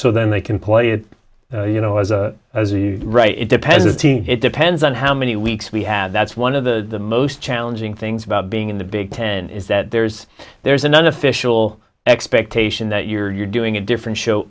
so then they can play it you know was right it depends it depends on how many weeks we have that's one of the most challenging things about being in the big tent that there's there's an unofficial expectation that you're doing a different show